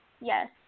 yes